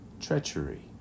treachery